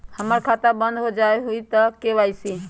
हमर खाता बंद होजाई न हुई त के.वाई.सी?